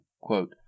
quote